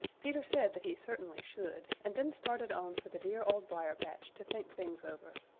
peter said that he certainly should, and then started on for the dear old briar-patch to think things over.